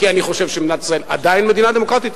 כי אני חושב שמדינת ישראל היא עדיין מדינה דמוקרטית,